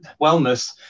wellness